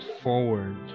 forward